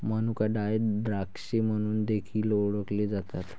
मनुका ड्राय द्राक्षे म्हणून देखील ओळखले जातात